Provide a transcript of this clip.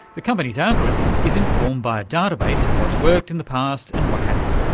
the company's algorithm is informed by a database of what's worked in the past and what hasn't,